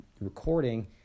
recording